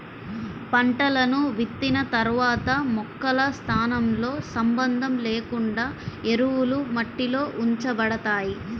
పంటలను విత్తిన తర్వాత మొక్కల స్థానంతో సంబంధం లేకుండా ఎరువులు మట్టిలో ఉంచబడతాయి